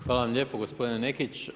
Hvala vam lijepo gospodine Nekić.